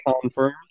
confirmed